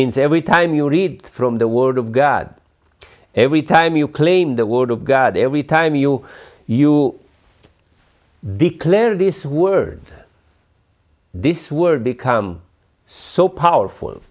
means every time you read from the word of god every time you claim the word of god every time you you declare this word this word become so powerful